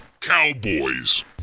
Cowboys